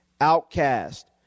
outcast